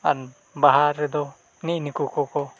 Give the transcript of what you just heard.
ᱟᱨ ᱵᱟᱦᱟ ᱨᱮᱫᱚ ᱱᱤᱜ ᱱᱩᱠᱩ ᱠᱚᱠᱚ